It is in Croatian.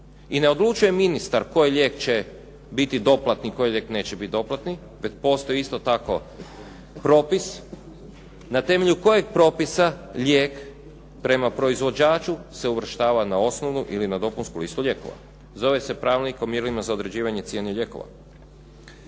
I ne odlučuje ministar koji lijek će biti doplatni, koji lijek neće biti doplatni. Postoji isto tako propis na temelju kojeg propisa lijek prema proizvođaču se uvrštava na osnovnu ili na dopunsku listu lijekova. Zove se Pravilnik o mjerilima za određivanje cijene lijekova.